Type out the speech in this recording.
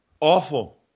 Awful